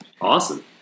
awesome